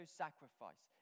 sacrifice